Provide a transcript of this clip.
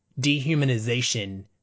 dehumanization